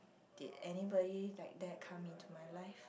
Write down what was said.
did anybody like that come into my life